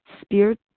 spirit